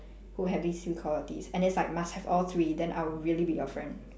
who have these three qualities and is like must have all three then I will really be your friend